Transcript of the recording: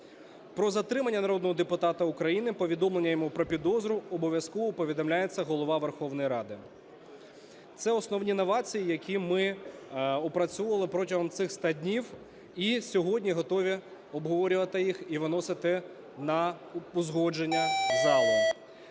Про затримання народного депутата України, повідомлення йому про підозру, обов'язково повідомляється Голова Верховної Ради. Це основні новації, які ми опрацьовували протягом цих ста днів і сьогодні готові обговорювати їх, і виносити на узгодження залом.